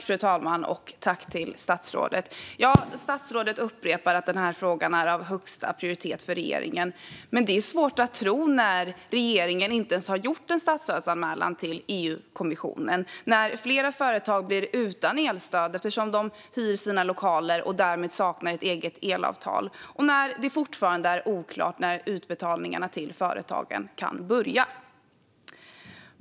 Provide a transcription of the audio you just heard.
Fru talman! Statsrådet upprepar att den här frågan är av högsta prioritet för regeringen, men det är ju svårt att tro när regeringen inte ens har gjort en statsstödsanmälan till EU-kommissionen, när flera företag blir utan elstöd eftersom de hyr sina lokaler och därmed saknar ett eget elavtal och när det fortfarande är oklart när utbetalningarna till företagen kan börja.